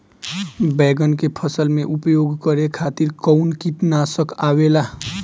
बैंगन के फसल में उपयोग करे खातिर कउन कीटनाशक आवेला?